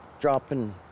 dropping